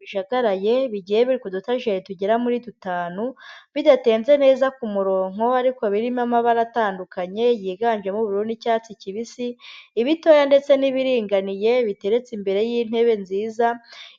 Bijagaraye bigiye biri ku dutajeri tugera muri dutanu. Bidatenze neza ku murongo ariko birimo amabara atandukanye yiganjemo ubururu n'icyatsi kibisi, ibitoya ndetse n'ibiringaniye biteretse imbere y'intebe nziza